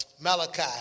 Malachi